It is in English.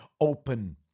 open